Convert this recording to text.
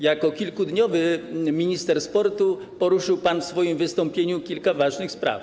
Jako kilkudniowy minister sportu poruszył pan w swoim wystąpieniu kilka ważnych spraw.